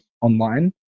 online